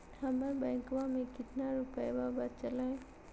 हमर बैंकवा में कितना रूपयवा बचल हई?